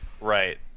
Right